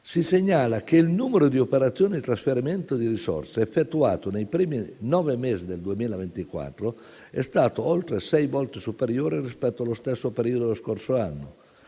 si segnala che il numero di operazioni di trasferimento di risorse - effettuato nei primi nove mesi del 2024 - è stato oltre sei volte superiore rispetto allo stesso periodo dello scorso anno.